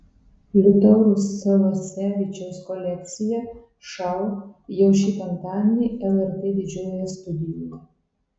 liutauro salasevičiaus kolekcija šou jau šį penktadienį lrt didžiojoje studijoje